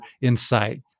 insight